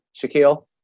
shaquille